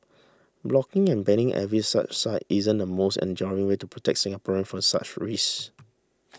blocking and banning every such site isn't the most enduring way to protect Singaporeans for such risks